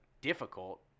difficult